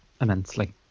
immensely